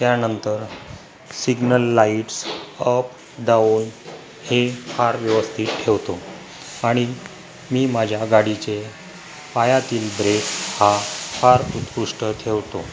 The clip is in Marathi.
त्यानंतर सिग्नल लाईट्स अप डाउन हे फार व्यवस्थित ठेवतो आणि मी माझ्या गाडीचे पायातील ब्रेक हा फार उत्कृष्ट ठेवतो